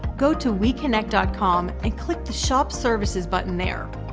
go to wekynect dot com and click the shop services button there.